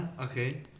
okay